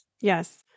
Yes